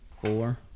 four